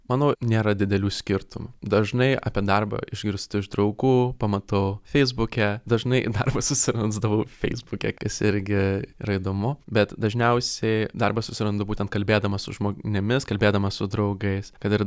manau nėra didelių skirtumų dažnai apie darbą išgirstu iš draugų pamatau feisbuke dažnai darbą susirasdavau feisbuke kas irgi yra įdomu bet dažniausiai darbą susirandu būtent kalbėdamas su žmo nėmis kalbėdamas su draugais kad ir